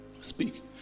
Speak